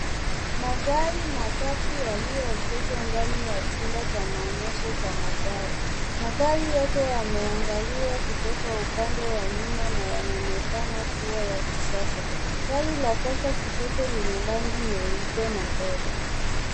Magari matatu yaliyoegeshwa ndani ya chumba cha maonyesho cha magari. Magaru yote yameangaliwa kutoka upande wa nyuma na yanaonekana kuwa ya kisasa. Gari la kwanza kushoto ni la rangi nyeupe na fedha.